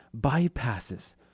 bypasses